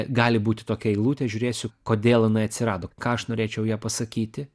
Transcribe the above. gali būti tokia eilutė žiūrėsiu kodėl jinai atsirado ką aš norėčiau joje pasakyti